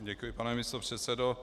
Děkuji pane místopředsedo.